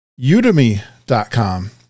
udemy.com